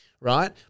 right